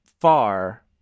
far